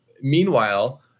Meanwhile